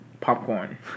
popcorn